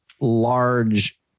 large